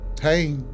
hey